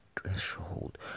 threshold